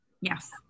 Yes